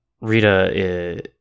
Rita